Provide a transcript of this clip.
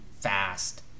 fast